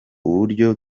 uburyo